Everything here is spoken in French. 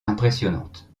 impressionnante